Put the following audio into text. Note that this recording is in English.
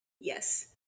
yes